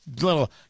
little